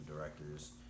directors